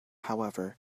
however